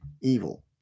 evil